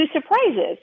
surprises